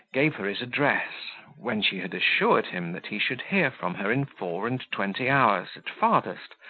gave her his address, when she had assured him, that he should hear from her in four-and-twenty hours, at farthest,